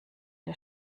der